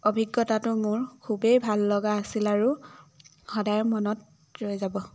অভিজ্ঞতাটো মোৰ খুবেই ভাল লগা আছিল আৰু সদায় মনত ৰৈ যাব